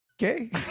Okay